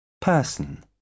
person